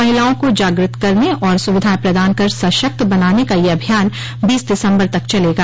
महिलाओं को जाग्रत करने और सुविधायें प्रदान कर सशक्त बनाने का यह अभियान बीस दिसम्बर तक चलगा